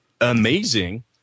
amazing